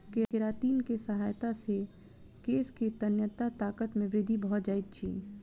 keratin के सहायता से केश के तन्यता ताकत मे वृद्धि भ जाइत अछि